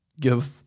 give